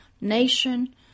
nation